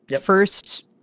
first